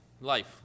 life